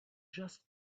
just